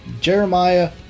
Jeremiah